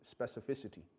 specificity